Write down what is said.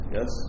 Yes